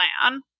plan